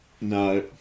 no